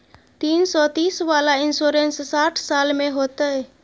तीन सौ तीस वाला इन्सुरेंस साठ साल में होतै?